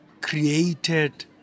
created